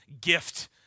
gift